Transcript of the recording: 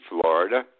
Florida